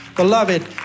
Beloved